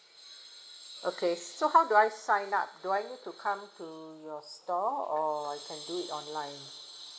okay so how do I sign up do I need to come to your store or I can do it online